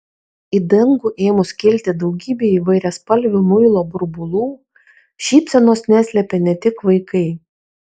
į dangų ėmus kilti daugybei įvairiaspalvių muilo burbulų šypsenos neslėpė ne tik vaikai